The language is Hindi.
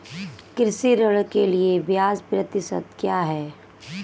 कृषि ऋण के लिए ब्याज प्रतिशत क्या है?